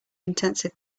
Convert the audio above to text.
intensive